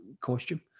costume